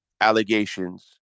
allegations